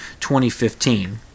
2015